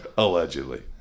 Allegedly